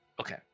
Okay